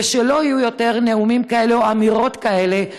ושלא יהיו יותר נאומים כאלה או אמירות כאלה,